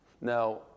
Now